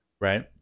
Right